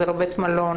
זה לא בית מלון,